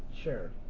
sure